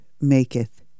maketh